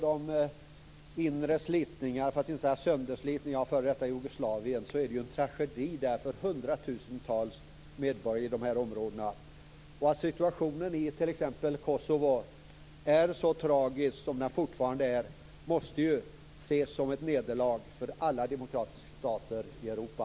De inre slitningarna, för att inte säga sönderslitningarna, i f.d. Jugoslavien är en tragedi för hundratusentals medborgare i områdena. Att situationen i t.ex. Kosovo är så tragisk som den fortfarande är måste ses som ett nederlag för alla demokratiska stater i Europa.